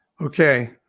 Okay